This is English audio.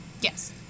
Yes